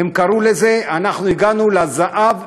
הם קראו לזה: אנחנו הגענו לזהב,